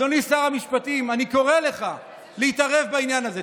אדוני שר המשפטים, אני קורא לך להתערב בעניין הזה.